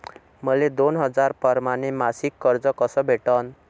मले दोन हजार परमाने मासिक कर्ज कस भेटन?